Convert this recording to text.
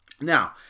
Now